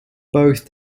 both